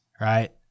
right